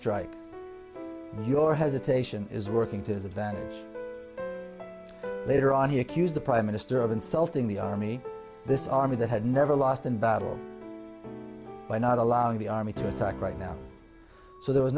strike your hesitation is working to his advantage later on he accused the prime minister of insulting the army this army that had never lost in battle by not allowing the army to talk right now so there was